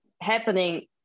happening